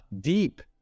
deep